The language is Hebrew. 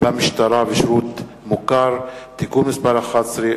(שירות במשטרה ושירות מוכר) (תיקון מס' 11),